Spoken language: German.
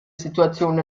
situation